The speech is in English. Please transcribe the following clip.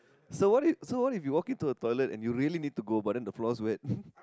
so what if so what if you walk into a toilet and you really need to go but then the floor's wet